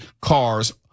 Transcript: cars